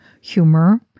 humor